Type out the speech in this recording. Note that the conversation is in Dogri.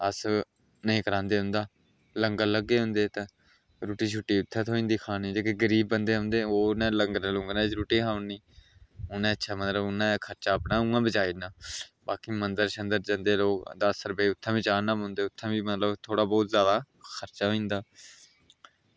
अस नेईं करांदे उंदा लंगर लग्गे दे होंदे उत्थें रुट्टी उत्थें थ्होई जंदी खाने गी जेह्के गरीब बंदे ओह् उनें लंगरें ई रुट्टी खाई ओड़नी ते अच्छा उनें खर्चा अपना उआं बचाई ओड़ना बाकी मंदर जंदे दस्स रपेऽ उत्थें बी चाढ़ने पौंदे ते उत्थें बी मतलब थोह्ड़ा बहुत जादै खर्चा होई जंदा